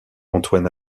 antoine